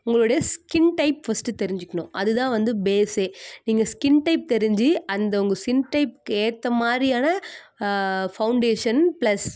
உங்களுடைய skin type first தெரிஞ்சுக்குணும் அது தான் வந்து பேஸே நீங்கள் ஸ்கின் டைப் தெரிஞ்சு அந்த உங்க ஸ்கின் டைப்புக்கு ஏற்ற மாதிரியான ஃபவுண்டேஷன் ப்ளஸ்